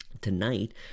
Tonight